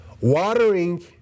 Watering